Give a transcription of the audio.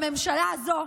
בממשלה הזו,